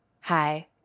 Hi